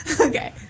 okay